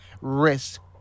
risk